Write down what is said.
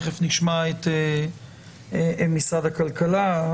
תכף נשמע את משרד הכלכלה,